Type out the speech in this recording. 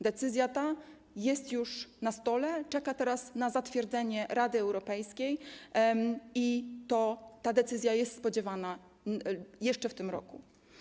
Decyzja ta jest już na stole, czeka teraz na zatwierdzenie Rady Europejskiej i ta decyzja jest spodziewana jeszcze w tym roku.